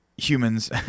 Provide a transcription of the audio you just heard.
humans